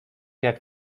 jak